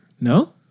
No